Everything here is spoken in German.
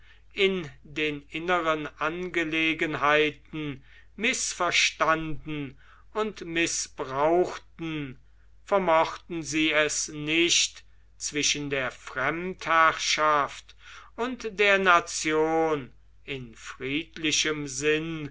in den inneren angelegenheiten mißverstanden und mißbrauchten vermochten sie es nicht zwischen der fremdherrschaft und der nation in friedlichem sinn